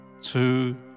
two